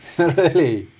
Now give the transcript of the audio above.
really